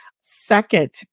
second